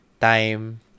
time